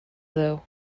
though